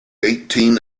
eighteen